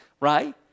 Right